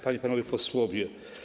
Panie i Panowie Posłowie!